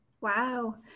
Wow